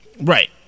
Right